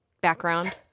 background